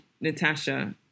Natasha